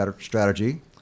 strategy